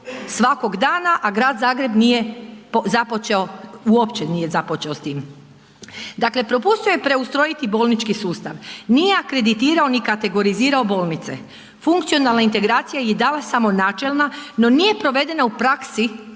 svakog dana, a grad Zagreb uopće nije započeo s tim. Propustio je preustrojiti bolnički sustav, nije akreditirao ni kategorizirao bolnice, funkcionalna integracija je i dalje samo načelna no nije provedena u praksi